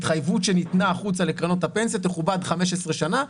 התחייבות שניתנה החוצה לקרנות הפנסיה תכובד 15 שנה,